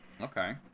Okay